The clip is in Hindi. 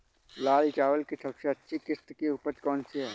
लाल चावल की सबसे अच्छी किश्त की उपज कौन सी है?